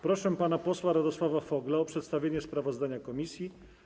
Proszę pana posła Radosława Fogla o przedstawienie sprawozdania komisji.